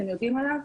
אתם יודעים עליו?